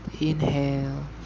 Inhale